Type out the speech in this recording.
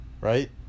right